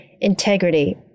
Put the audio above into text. integrity